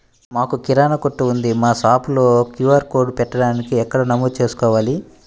మాకు కిరాణా కొట్టు ఉంది మా షాప్లో క్యూ.ఆర్ కోడ్ పెట్టడానికి ఎక్కడ నమోదు చేసుకోవాలీ?